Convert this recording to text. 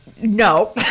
No